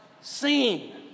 seen